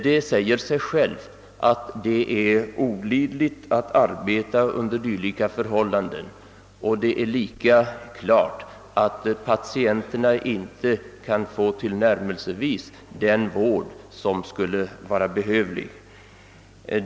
Det säger sig självt att det är olidligt att arbeta under dylika förhållanden, och lika klart är att patienterna inte tillnärmelsevis kan få den vård som skulle vara behövlig.